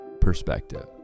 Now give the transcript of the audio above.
perspective